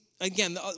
again